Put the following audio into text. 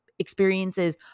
experiences